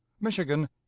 Michigan